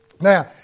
Now